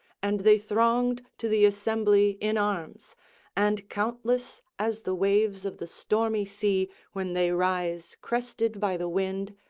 and they thronged to the assembly in arms and countless as the waves of the stormy sea when they rise crested by the wind,